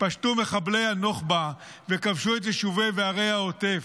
פשטו מחברי הנוח'בה וכבשו את יישובי וערי העוטף,